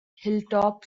hilltop